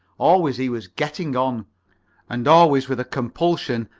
always, he was getting on and always with a compulsion,